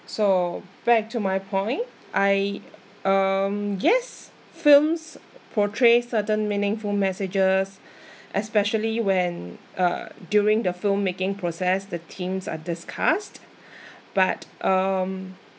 so back to my point I um guess films portray certain meaningful messages especially when uh during the film making process the themes are discussed but um